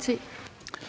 (Pia